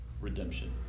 redemption